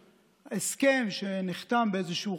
כן, בעזרת השוכן במרומים היא תהיה שנת ישועה,